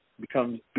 becomes